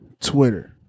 twitter